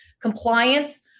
compliance